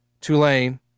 Tulane